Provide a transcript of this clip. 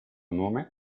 nome